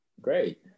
Great